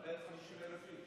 זה 50,000 איש.